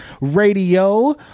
Radio